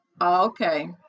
Okay